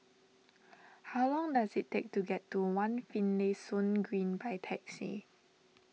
how long does it take to get to one Finlayson Green by taxi